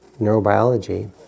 neurobiology